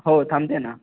हो थांबते ना